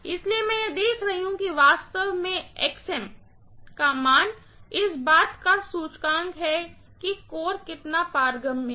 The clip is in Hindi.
इसलिए मैं इसे देख रही हूँ वास्तव में यह का मान इस बात का सूचकांक है कि कोर कितना पारगम्य है